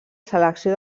selecció